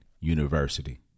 University